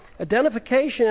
Identification